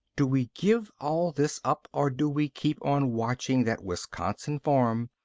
do we give all this up or do we keep on watching that wisconsin farm,